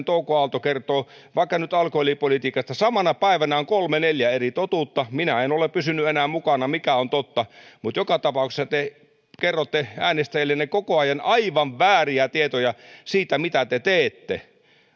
touko aalto kertoo vaikka nyt alkoholipolitiikasta samana päivänä on kolme neljä eri totuutta minä en en ole pysynyt enää mukana mikä on totta mutta joka tapauksessa te kerrotte äänestäjillenne koko ajan aivan vääriä tietoja siitä mitä te teette